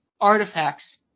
artifacts